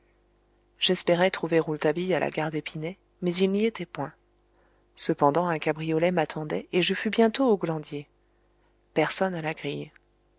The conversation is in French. j'espérais trouver rouletabille à la gare d'épinay mais il n'y était point cependant un cabriolet m'attendait et je fus bientôt au glandier personne à la grille